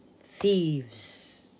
thieves